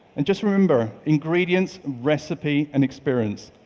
and just remember ingredients, recipe, and experience.